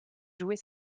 jouer